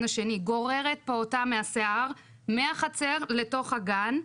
השני גוררת פעוטה מהשיער מהחצר לתוך הגן,